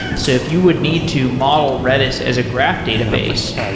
so if you would need to model redis as a graph database,